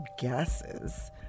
guesses